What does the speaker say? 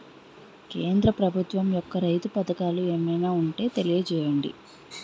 కేంద్ర ప్రభుత్వం యెక్క రైతు పథకాలు ఏమైనా ఉంటే తెలియజేయండి?